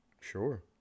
Sure